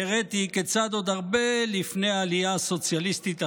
והראיתי כיצד עוד הרבה לפני העלייה הסוציאליסטית,